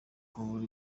wagura